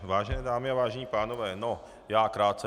Vážené dámy a vážení pánové, já jen krátce.